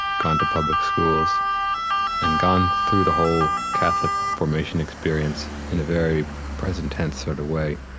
gone to public schools and gone through the whole catholic formation experience in a very present tense sort of way.